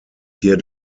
hier